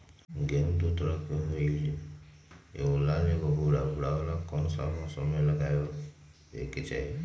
गेंहू दो तरह के होअ ली एगो लाल एगो भूरा त भूरा वाला कौन मौसम मे लगाबे के चाहि?